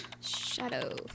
Shadow